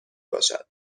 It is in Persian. باشد